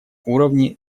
уровни